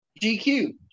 GQ